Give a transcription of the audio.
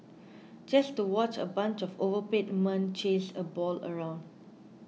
just to watch a bunch of overpaid men chase a ball around